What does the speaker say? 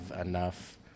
enough